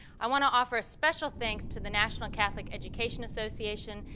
i want to offer a special thanks to the national catholic education association,